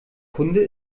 kunde